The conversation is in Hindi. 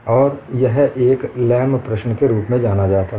और यह एक लैम प्रश्न के Lamė's problem रूप में जाना जाता है